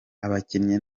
abakinnyi